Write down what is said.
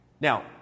Now